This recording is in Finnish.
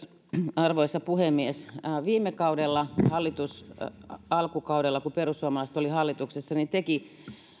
arvoisa puhemies viime kaudella hallitus alkukaudella kun perussuomalaiset oli hallituksessa teki